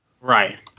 Right